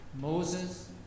Moses